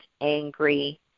angry